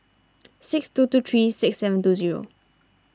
six two two three six seven two zero